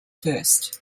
first